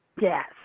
Yes